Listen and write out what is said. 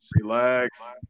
Relax